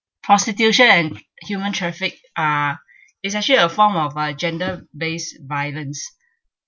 prostitution and human traffic are is actually a form of uh gender based violence